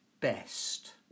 best